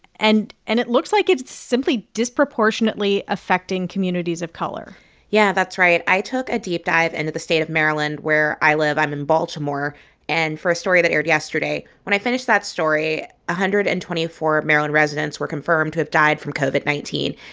and and it looks like it's simply disproportionately affecting communities of color yeah, that's right. i took a deep dive and into the state of maryland, where i live i'm in baltimore and for a story that aired yesterday. when i finished that story, one ah hundred and twenty four maryland residents were confirmed to have died from covid nineteen,